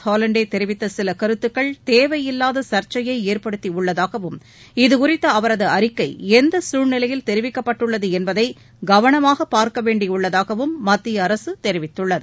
ஹாலண்டேதெரிவித்தசிலகருத்துக்கள் தேவையில்லாதசர்ச்சையைஏற்படுத்தியுள்ளதாகவும் ப்ரான்கோயீஸ் இதுகுறித்தஅவரதுஅறிக்கைந்தசூழ்நிலையில் தெரிவிக்கப்பட்டுள்ளதுஎன்பதைகவனமாகபார்க்கவேண்டியுள்ளதாகவும் மத்தியஅரசுதெரிவித்துள்ளது